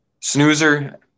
Snoozer